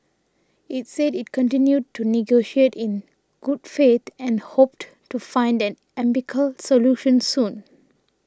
it said it continued to negotiate in good faith and hoped to find an amicable solution soon